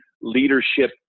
leadership